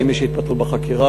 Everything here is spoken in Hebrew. האם יש התפתחות בחקירה.